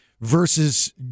versus